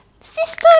sister